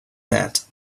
that